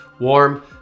warm